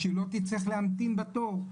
שהיא לא תצטרך להמתין בתור.